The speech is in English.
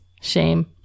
Shame